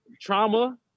trauma